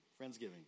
Friendsgiving